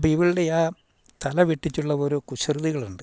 അപ്പം ഇവളുടെ ആ തലവെട്ടിച്ചുള്ള ഓരോ കുസൃതികളുണ്ട്